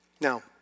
Now